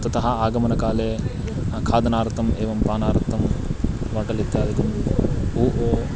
ततः आगमनकाले खादनार्थम् एवं पानार्थं बाटल् इत्यादिकं पूवो